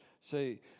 say